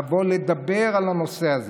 לבוא ולדבר על הנושא הזה.